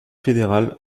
fédérale